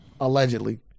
Allegedly